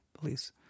Please